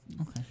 okay